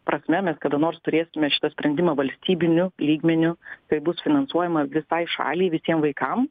prasme mes kada nors turėsime šitą sprendimą valstybiniu lygmeniu tai bus finansuojama visai šaliai visiem vaikam